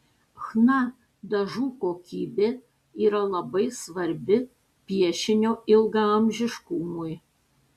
chna dažų kokybė yra labai svarbi piešinio ilgaamžiškumui